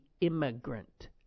immigrant